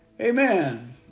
Amen